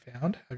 found